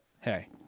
hey